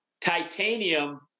titanium